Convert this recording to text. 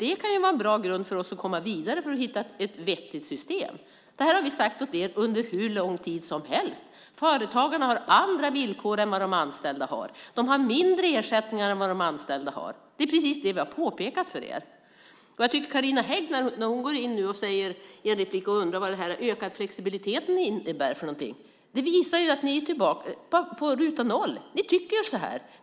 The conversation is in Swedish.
Det kan ju vara en bra grund för oss att komma vidare för att hitta ett vettigt system. Det här har vi sagt till er under hur lång tid som helst: Företagarna har andra villkor än vad de anställda har. De har mindre ersättningar än vad de anställda har. Det är precis det som vi har påpekat för er. Carina Hägg undrar nu i sitt inlägg vad den ökade flexibiliteten innebär. Det visar att ni är tillbaka på ruta noll.